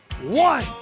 One